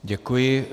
Děkuji.